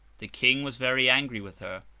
the king was very angry with her,